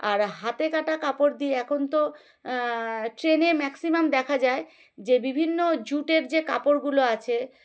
আর হাতে কাটা কাপড় দিয়ে এখন তো ট্রেনে ম্যাক্সিমাম দেখা যায় যে বিভিন্ন জুটের যে কাপড়গুলো আছে